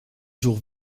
jours